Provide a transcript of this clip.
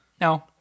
No